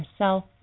Ourself